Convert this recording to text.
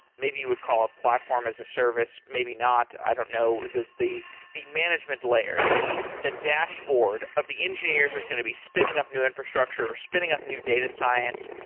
maybe you would call a platform as a service, maybe not, i don't know, the the management layer, the the dashboard of the engineer who's going to be spinning up new infrastructure, or spinning up new data science.